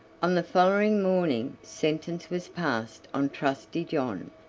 on the following morning sentence was passed on trusty john,